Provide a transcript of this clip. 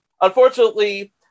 Unfortunately